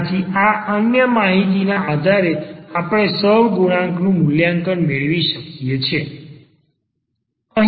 આથી આ અન્ય માહિતીના આધારે આપણે સહ ગુણાંક નું મૂલ્યાંકન મેળવી શકીએ છે